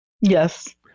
Yes